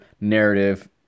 narrative